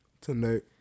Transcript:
Tonight